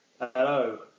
Hello